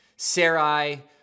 Sarai